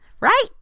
right